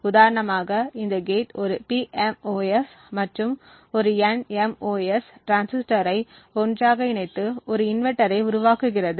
உதாரணமாக இந்த கேட் ஒரு PMOS மற்றும் ஒரு NMOS டிரான்சிஸ்டரை ஒன்றாக இணைத்து ஒரு இன்வெர்ட்டரை உருவாக்குகிறது